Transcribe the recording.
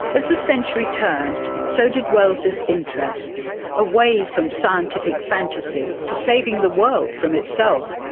as the century turned, so did wells's interests, away from scientific fantasy to saving the world from itself.